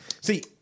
See